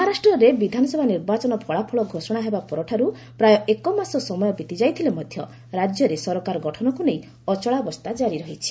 ମହାରାଷ୍ଟ୍ରରେ ବିଧାନସଭା ନିର୍ବାଚନ ଫଳାଫଳ ଘୋଷଣା ହେବା ପରଠାରୁ ପ୍ରାୟ ଏକ ମାସ ସମୟ ବିତି ଯାଇଥିଲେ ମଧ୍ୟ ରାଜ୍ୟରେ ସରକାର ଗଠନକୁ ନେଇ ଅଚଳାବସ୍ଥା ଜାରି ରହିଛି